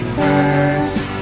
first